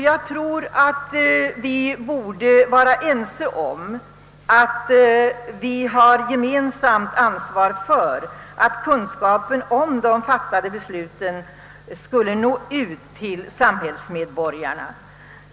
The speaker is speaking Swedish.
Jag tror att vi borde vara ense om att vi har gemensamt ansvar för att kunskapen om de fattade besluten skall nå ut till samhällsmedborgarna.